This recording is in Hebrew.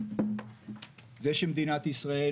זה שמדינת ישראל